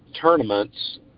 tournaments